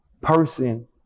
person